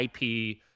IP